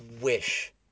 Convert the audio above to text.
wish